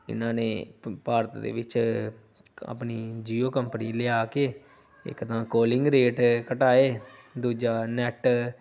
ਇਹਨਾਂ ਨੇ ਭ ਭਾਰਤ ਦੇ ਵਿੱਚ ਆਪਣੀ ਜੀਓ ਕੰਪਨੀ ਲਿਆ ਕੇ ਇੱਕ ਤਾਂ ਕੋਲਿੰਗ ਰੇਟ ਘਟਾਏ ਦੂਜਾ ਨੈਟ